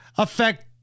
affect